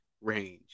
range